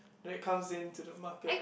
then it comes into the market